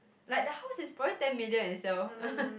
like the house is probably ten million itself